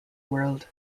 world